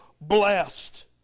blessed